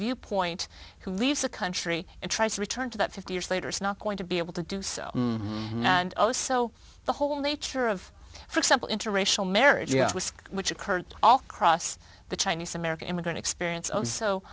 viewpoint who leaves the country and tries to return to that fifty years later is not going to be able to do so and also the whole nature of for example interracial marriage which occurred all across the chinese american immigrant experience